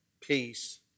peace